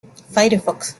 firefox